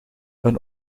een